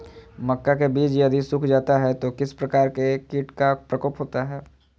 मक्का के बिज यदि सुख जाता है तो किस प्रकार के कीट का प्रकोप होता है?